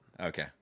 Okay